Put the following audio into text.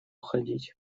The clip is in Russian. уходить